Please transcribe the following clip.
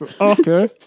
Okay